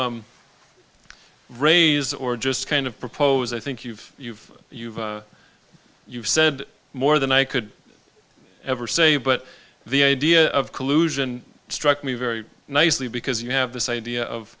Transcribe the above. raise or just kind of propose i think you've you've you've you've said more than i could i ever say but the idea of collusion struck me very nicely because you have this idea of